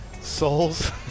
souls